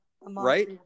Right